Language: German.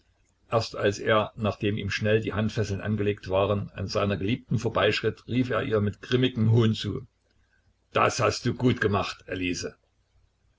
erst als er nachdem ihm schnell die handfesseln angelegt waren an seiner geliebten vorbeischritt rief er ihr mit grimmigem hohn zu das hast du gut gemacht elise